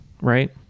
right